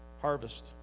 Harvest